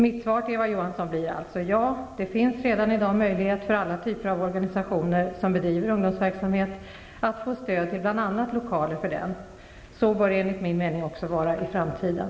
Mitt svar till Eva Johansson blir alltså: Ja, det finns redan i dag möjlighet för alla typer av organisationer som bedriver ungdomsverksamhet att få stöd till bl.a. lokaler för denna. Så bör det enligt min mening vara även i framtiden.